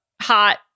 hot